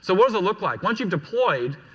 so what's it look like? once you've deployed.